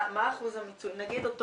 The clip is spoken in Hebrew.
נגיד אותו